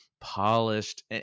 polished